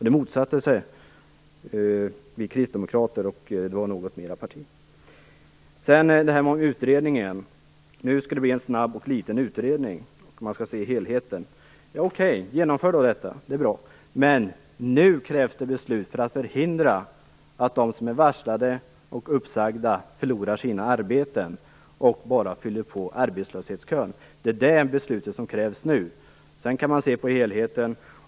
Då motsatte sig Kristdemokraterna och något mera parti detta. Återigen till frågan om utredning. Nu skall det bli en snabb och liten utredning, och man skall se till helheten. Okej, genomför då detta. Det är bra. Men det krävs nu beslut för att förhindra att de som är varslade och uppsagda förlorar sina arbeten och fyller på arbetslöshetskön. Det är det beslutet som nu kärvs. Sedan kan man se på helheten.